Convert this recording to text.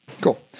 Cool